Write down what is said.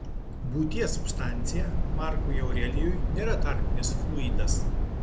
būties substancija markui aurelijui nėra tarpinis fluidas